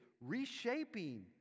reshaping